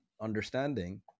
understanding